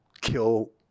kill